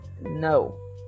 no